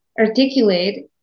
articulate